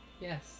Yes